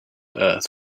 earth